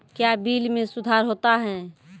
क्या बिल मे सुधार होता हैं?